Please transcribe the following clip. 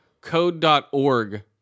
code.org